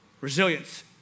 Resilience